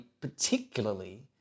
particularly